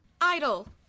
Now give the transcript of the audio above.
idle